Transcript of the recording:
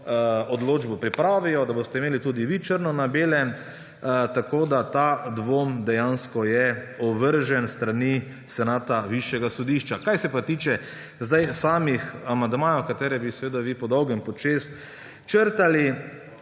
odločbo pripravijo, da boste imeli tudi vi črno na belem, da je ta dvom dejansko ovržen s strani senata Višjega sodišča. Kar se pa tiče samih amandmajev, ki bi ji seveda vi po dolgem in počez črtali.